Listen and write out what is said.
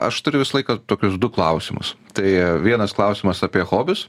aš turiu visą laiką tokius du klausimus tai vienas klausimas apie hobius